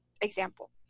example